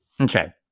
Okay